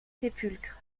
sépulcre